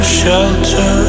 shelter